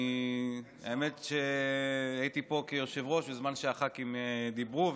האמת שהייתי פה כיושב-ראש בזמן שהח"כים דיברו,